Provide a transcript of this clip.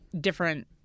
different